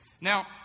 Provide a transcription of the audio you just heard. Now